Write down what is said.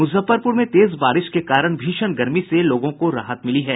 मुजफ्फरपुर में तेज बारिश के कारण भीषण गर्मी से लोगों को राहत मिली है